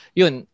yun